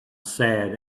sad